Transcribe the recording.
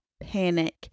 panic